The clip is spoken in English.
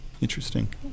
Interesting